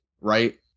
right